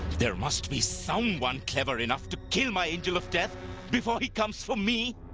there must be someone clever enough to kill my angel of death before he comes for me!